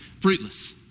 fruitless